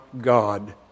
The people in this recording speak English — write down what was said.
God